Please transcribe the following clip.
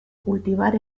cultivar